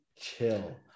chill